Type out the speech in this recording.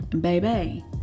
baby